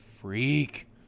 Freak